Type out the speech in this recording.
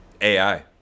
AI